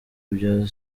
bya